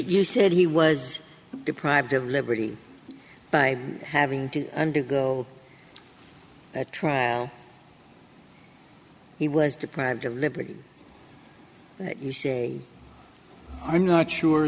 you said he was deprived of liberty by having to undergo a trial he was deprived of liberty but you say i'm not sure